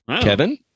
Kevin